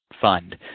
fund